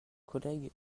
collègues